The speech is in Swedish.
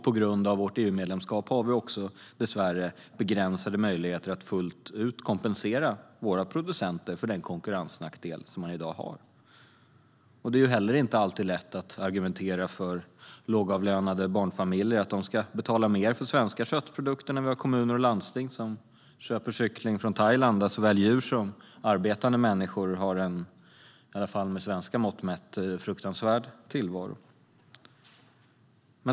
På grund av vårt EU-medlemskap har vi också dessvärre begränsade möjligheter att fullt ut kompensera våra producenter för den konkurrensnackdel som de i dag har. Det är inte heller alltid lätt att argumentera för att lågavlönade barnfamiljer ska betala mer för svenska köttprodukter när vi har kommuner och landsting som köper kyckling från Thailand där såväl djur som arbetande människor har en, i alla fall med svenska mått mätt, fruktansvärd tillvaro.